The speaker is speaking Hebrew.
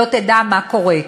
לא תדע מה קורה.